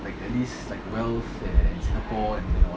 like at least like wealth and and singapore and you know